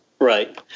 Right